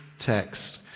text